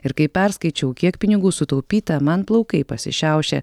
ir kai perskaičiau kiek pinigų sutaupyta man plaukai pasišiaušė